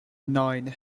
nine